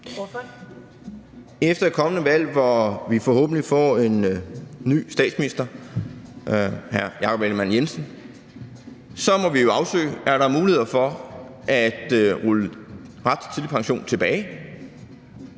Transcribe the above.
Efter et kommende valg, hvor vi forhåbentlig får en ny statsminister, hr. Jakob Ellemann-Jensen, må vi jo afsøge, om der er muligheder for at rulle ret til tidlig pension tilbage.